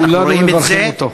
כולנו מברכים אותו.